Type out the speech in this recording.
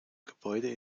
gebäude